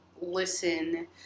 listen